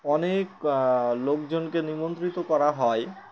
অনেক লোকজনকে নিমন্ত্রিত করা হয়